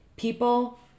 People